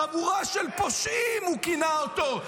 חבורה של פושעים, הוא כינה אותו.